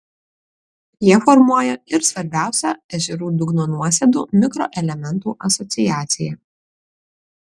jie formuoja ir svarbiausią ežerų dugno nuosėdų mikroelementų asociaciją